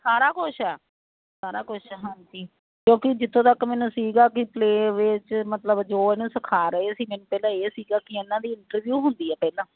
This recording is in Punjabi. ਸਾਰਾ ਕੁਛ ਆ ਸਾਰਾ ਕੁਛ ਹਾਂਜੀ ਕਿਉਂਕੀ ਜਿੱਥੋਂ ਤੱਕ ਮੈਨੂੰ ਸੀਗਾ ਕੀ ਪਲੇਅ ਵੇਅ 'ਚ ਮਤਲਬ ਜੋ ਇਹਨੂੰ ਸਿਖਾ ਰਹੇ ਸੀ ਮੈਨੂੰ ਪਹਿਲਾਂ ਇਹ ਸੀਗਾ ਕੀ ਇਹਨਾਂ ਦੀ ਇੰਟਰਵਿਊ ਹੁੰਦੀ ਐ ਪਹਿਲਾਂ